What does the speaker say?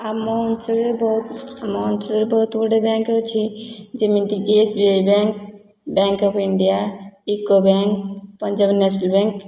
ଆମ ଅଞ୍ଚଳରେ ବହୁତ ଆମ ଅଞ୍ଚଳରେ ବହୁତଗୁଡ଼େ ବ୍ୟାଙ୍କ୍ ଅଛି ଯେମିତି କି S B I bank bank of India UCO bank Punjab national bank